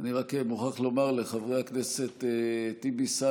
אני רק מוכרח לומר לחברי הכנסת טיבי,